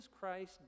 christ